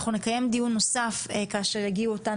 אנחנו נקיים דיון נוסף כשיגיעו אותן